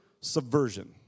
subversion